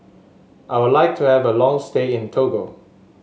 I would like to have a long stay in Togo